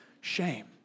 shame